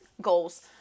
goals